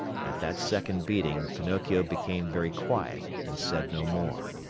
at that second beating, pinocchio became very quiet and said no more.